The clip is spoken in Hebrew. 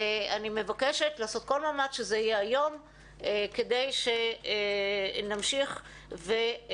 ואני מבקשת לעשות כל מאמץ שזה יהיה היום כדי שנמשיך ונעביר